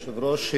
היושב-ראש,